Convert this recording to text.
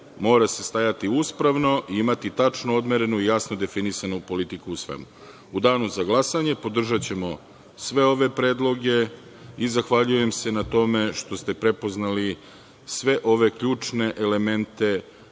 mora se staviti uspravno i imati tačno odmerenu i jasno definisanu politiku u svemu.U danu za glasanje, podržaćemo sve ove predloge i zahvaljujem se na tome što ste prepoznali sve ove ključne elemente